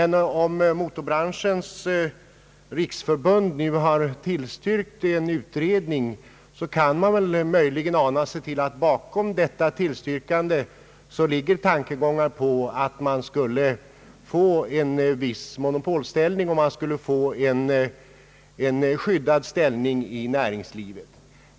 När Motorbranschens riksförbund har tillstyrkt en utredning kan man ana sig till att bakom detta tillstyrkande ligger tanken att man skulle få en viss monopolställning och en skyddad ställning i näringslivet.